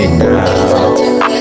now